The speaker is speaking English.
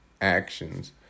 actions